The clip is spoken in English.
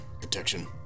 protection